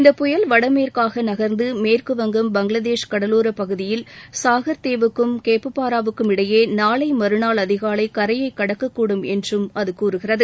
இந்தப் புயல் வடமேற்காக நகர்ந்து மேற்கு வங்கம் பங்களாதேஷ் கடலோரப் பகுதியில் சாகர் தீவுக்கும் கேப்புபாராவுக்கும் இடையே நாளை மறநாள் அதிகாலை கரையை கடக்கக்கூடும் என்றும் அது கூறுகிறது